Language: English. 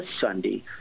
Sunday